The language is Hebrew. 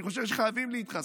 אני חושב שחייבים להתחסן.